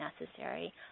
necessary